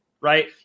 Right